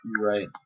right